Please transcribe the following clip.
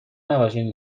نباشین